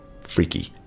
freaky